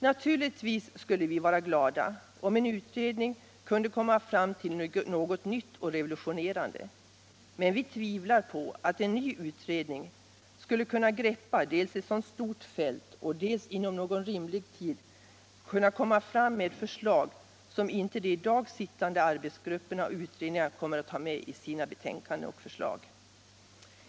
Naturligtvis skulle vi vara glada om en utredning kunde komma fram till något nytt och revolutionerande, men vi tvivlar på att en ny utredning skulle kunna dels greppa ett så stort fält, dels inom någon rimlig tid lägga fram förslag som inte de i dag sittande arbetsgrupperna och utredningarna kommer att ta med i sina betänkanden.